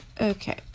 Okay